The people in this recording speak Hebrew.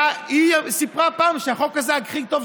השרה סיפרה פעם שהחוק הזה הוא הכי טוב בעולם.